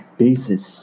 basis